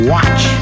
Watch